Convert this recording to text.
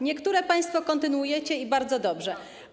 Niektóre państwo kontynuujecie - i bardzo dobrze.